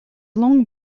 long